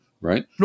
right